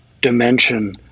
dimension